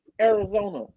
Arizona